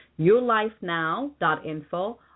yourlifenow.info